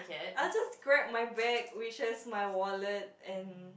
I'll just grab my bag which has my wallet and